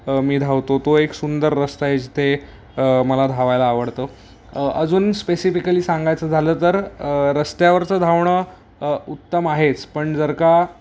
मी धावतो तो एक सुंदर रस्ता आहे जिथे मला धावायला आवडतं अजून स्पेसिफिकली सांगायचं झालं तर रस्त्यावरचं धावणं उत्तम आहेच पण जर का